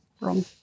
wrong